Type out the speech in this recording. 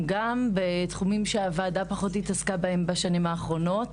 גם בתחומים שהוועדה פחות התעסקה בהם בשנים האחרונות.